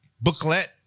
Booklet